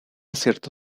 cierto